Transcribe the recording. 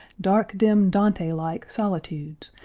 dark, dim, dante-like solitudes,